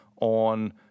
on